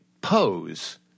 pose